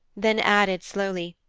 then added, slowly,